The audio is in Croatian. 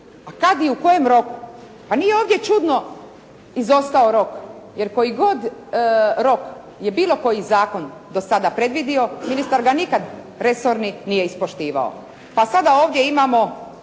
a kad i u kojem roku? Pa nije ovdje čudno izostao rok jer koji god rok je bilo koji zakon do sada predvidio, ministar ga nikad resorni nije ispoštivao. Pa sada ovdje imamo